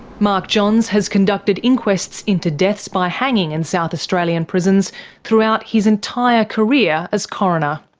mark johns has conducted inquests into deaths by hanging in south australian prisons throughout his entire career as coroner.